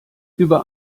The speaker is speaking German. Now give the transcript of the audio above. über